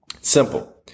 Simple